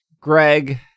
Greg